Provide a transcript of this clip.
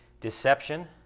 Deception